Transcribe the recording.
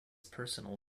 personal